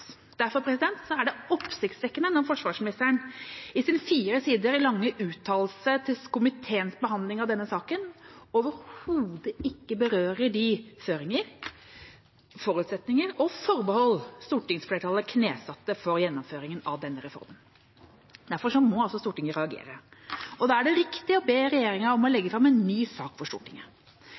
er det oppsiktsvekkende når forsvarsministeren i sin fire sider lange uttalelse til komiteens behandling av denne saken overhodet ikke berører de føringer, forutsetninger og forbehold stortingsflertallet knesatte for gjennomføringen av denne reformen. Derfor må Stortinget reagere. Og da er det riktig å be regjeringa om å legge fram en ny sak for Stortinget.